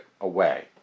away